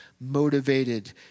motivated